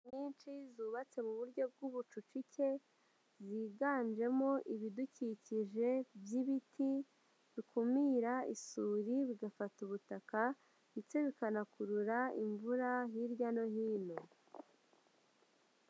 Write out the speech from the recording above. Inzu nyinshi zubatse mu buryo bw'ubucucike, ziganjemo ibidukikije by'ibiti bikumira isuri, bigafata ubutaka ndetse bikanakurura imvura hirya no hino.